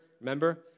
remember